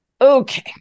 Okay